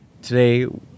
Today